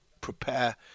prepare